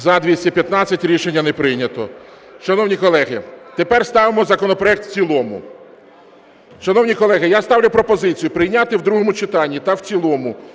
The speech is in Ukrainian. За-215 Рішення не прийнято. Шановні колеги, тепер ставимо законопроект в цілому. Шановні колеги, я ставлю пропозицію прийняти в другому читанні та в цілому